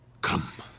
come.